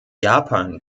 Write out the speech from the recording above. japan